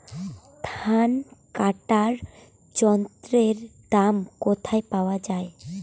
ধান কাটার যন্ত্রের দাম কোথায় পাওয়া যায়?